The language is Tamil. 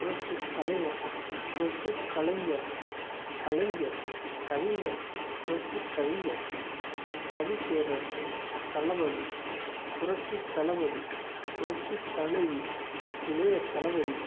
புரட்சித்தலைவர் புரட்சி கலைஞர் கலைஞர் கவிஞர் புரட்சி கவிஞர் பு கவிப்பேரரசு தளபதி புரட்சித்தளபதி புரட்சித்தலைவி இளைய தளபதி